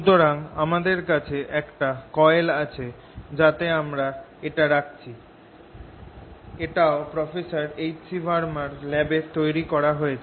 সুওরাং আমাদের কাছে একটা কয়েল আছে যাতে আমরা এটা রাখছি এটাও প্রফেসর এইচ সি ভার্মা র ল্যাবে তৈরি করা হয়েছে